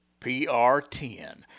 PR10